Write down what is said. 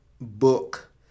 book